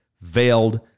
veiled